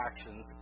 actions